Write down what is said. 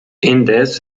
indes